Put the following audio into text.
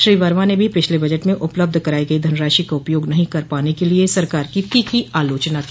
श्री वर्मा ने भी पिछले बजट में उपलब्ध कराई गई धनराशि का उपयोग नहीं कर पाने के लिए सरकार की तीखी आलोचना की